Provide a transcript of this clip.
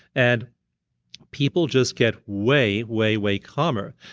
and people just get way, way, way calmer.